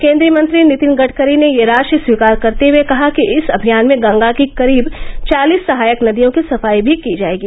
केन्द्रीय मंत्री नितिन गडकरी ने यह राशि स्वीकार करते हुए कहा कि इस अभियान में गंगा की करीब चालिस सहायक नदियों की सफाई भी की जायेगी